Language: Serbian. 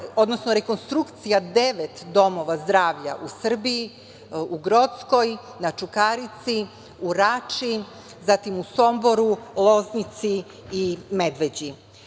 odnosno rekonstrukcija devet domova zdravlja u Srbiji, u Grockoj, na Čukarici, u Rači, Somboru, Loznici i Medveđi. Prvi